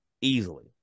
Easily